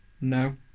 No